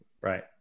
Right